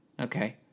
Okay